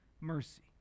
mercy